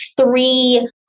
three